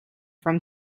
from